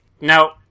No